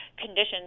conditions